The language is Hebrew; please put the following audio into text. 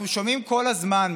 אנחנו שומעים כל הזמן,